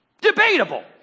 Debatable